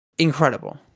Incredible